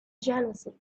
jealousy